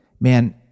man